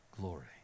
glory